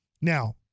now